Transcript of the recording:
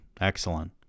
Excellent